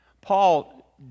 Paul